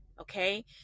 Okay